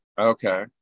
Okay